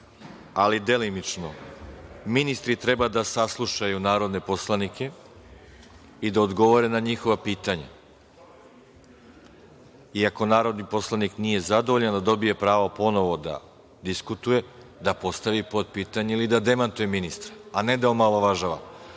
ali delimično. Ministri treba da saslušaju narodne poslanike i da odgovore na njihova pitanja, a ako narodni poslanik nije zadovoljan da dobije pravo ponovo da diskutuje, da postavi potpitanje ili da demantuje ministra, a ne da omalovažava. Reč